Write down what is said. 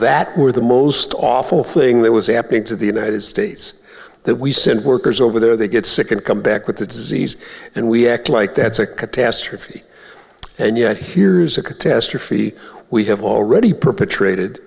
that were the most awful thing that was a happening to the united states that we simple workers over there they get sick and come back with the disease and we act like that's a catastrophe and yet here's a catastrophe we have already perpetrated